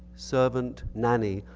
servant, nanny,